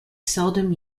seldom